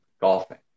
golfing